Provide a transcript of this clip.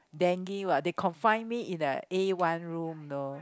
Dengue what they confined me in a a one room though